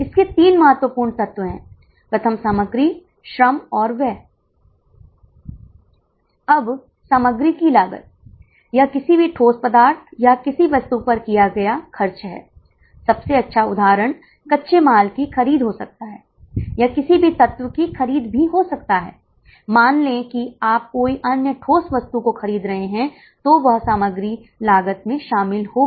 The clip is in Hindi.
आम तौर पर हम जानते हैं कि निश्चित लागत को एक लागत के रूप में परिभाषित किया जाता है जो गतिविधि के स्तर के साथ नहीं बदलती है लेकिन इस मामले में क्या हो रहा है बस संबंधित लागत प्रकृति में अर्ध परिवर्तनीय हैं और हम उन्हें परिवर्तनीय लागत में शामिल नहीं कर रहे हैं